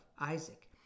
Isaac